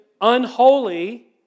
unholy